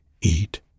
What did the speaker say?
eat